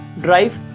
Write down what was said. drive